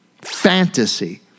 fantasy